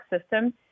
system